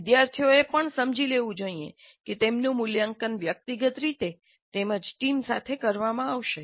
વિદ્યાર્થીઓએ પણ સમજી લેવું જોઈએ કે તેમનું મૂલ્યાંકન વ્યક્તિગત રીતે તેમજ ટીમ સાથે કરવામાં આવશે